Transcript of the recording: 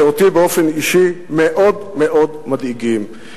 שאותי באופן אישי מאוד מאוד מדאיגים: